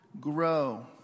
grow